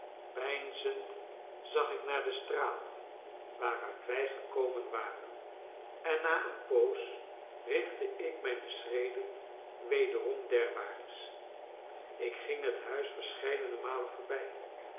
peinzend zag ik naar de straat waaruit wij gekomen waren en na eene poos richtte ik mijne schreden wederom derwaarts ik ging het huis verscheidene malen voorbij